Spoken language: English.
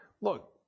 look